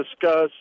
discuss